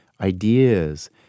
ideas